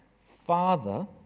Father